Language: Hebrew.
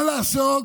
מה לעשות,